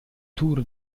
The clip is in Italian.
tour